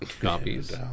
copies